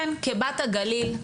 כן כבת הגליל,